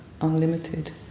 unlimited